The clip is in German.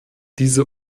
diese